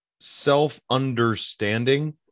self-understanding